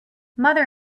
mother